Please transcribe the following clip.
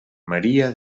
maria